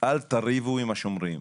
אל תריבו עם השומרים.